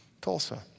Tulsa